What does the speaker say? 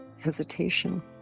hesitation